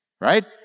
right